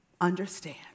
understand